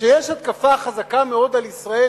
שיש התקפה חזקה מאוד על ישראל,